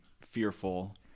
fearful